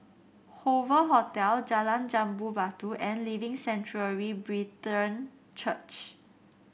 Hoover Hotel Jalan Jambu Batu and Living Sanctuary Brethren Church